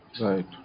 Right